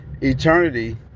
eternity